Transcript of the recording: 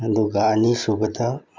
ꯑꯗꯨꯒ ꯑꯅꯤꯁꯨꯕꯗ